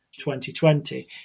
2020